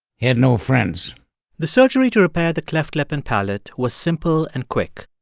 he had no friends the surgery to repair the cleft lip and palate was simple and quick.